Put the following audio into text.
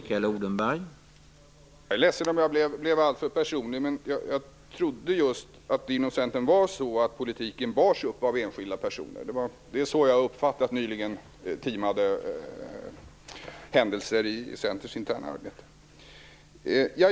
Herr talman! Jag är ledsen om jag blev alltför personlig, men jag trodde just att det inom Centern var så att politiken bars upp av enskilda personer. Det är så jag har uppfattat nyligen timade händelser i Centerns interna arbete.